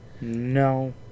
No